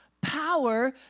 power